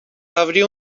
abrió